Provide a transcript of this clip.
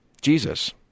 Jesus